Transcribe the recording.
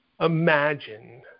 imagine